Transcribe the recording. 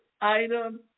item